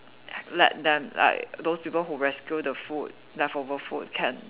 let them like those people who rescue the food leftover food can